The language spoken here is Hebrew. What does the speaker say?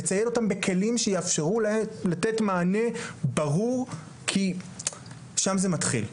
לצייד אותם בכלים שיאפשרו לתת מענה ברור כי שם זה מתחיל,